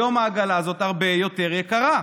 היום העגלה הזאת הרבה יותר יקרה,